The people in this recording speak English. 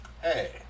Hey